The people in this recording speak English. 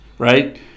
Right